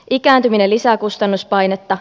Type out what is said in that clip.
ikääntyminen lisää kustannuspainetta